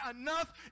enough